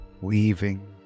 weaving